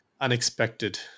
unexpected